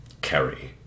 carry